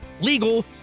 legal